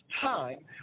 time